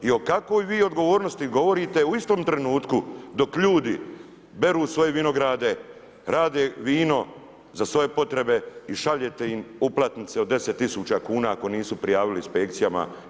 I o kakvoj vi odgovornosti govorite u istom trenutku dok ljudi beru svoje vinograde, rade vino za svoje potrebe i šaljete im uplatnice od 10 tisuća kuna ako nisu prijavili inspekcijama.